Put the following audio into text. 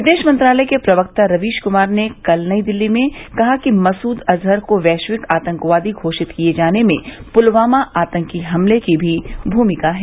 विदेश मंत्रालय के प्रवक्ता रवीश कुमार ने कल नई दिल्ली में कहा कि मसूद अजहर को वैरिवक आतंकवादी घोषित किये जाने में प्लवामा आतंकी हमले की भी भूमिका है